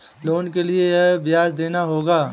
Loan के लिए कितना ब्याज देना होगा?